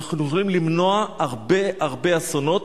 אנחנו יכולים למנוע הרבה הרבה אסונות,